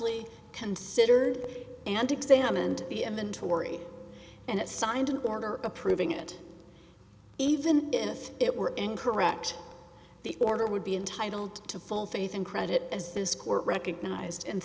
y considered and examined the inventory and it signed an order approving it even if it were incorrect the order would be entitled to full faith and credit as this court recognized and